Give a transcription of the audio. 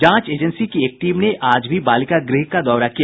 जांच एजेंसी की एक टीम ने आज भी बालिका गृह का दौरा किया